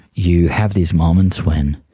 you have these moments when,